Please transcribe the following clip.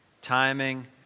Timing